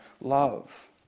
love